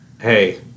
hey